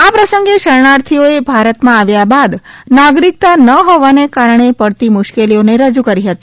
આ પ્રસંગે શરણાર્થીઓએ ભારતમાં આવ્યા બાદ નાગરિકતા ન હોવાને કારણે પડતી મુશ્કેલીઓને રજુ કરી હતી